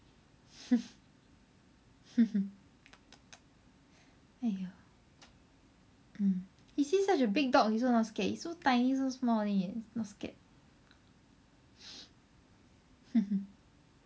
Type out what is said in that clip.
!aiyo! mm he see such a big dog he also not scared he so tiny so small only leh not scared